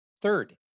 Third